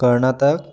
Karnataka